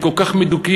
הם כל כך מדוכאים,